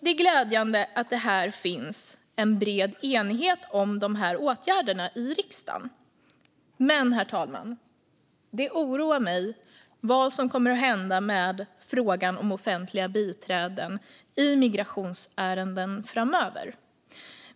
Det är glädjande att det finns bred enighet om dessa åtgärder i riksdagen. Men, herr talman, det oroar mig vad som kommer att hända med frågan om offentliga biträden i migrationsärenden framöver.